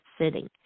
sitting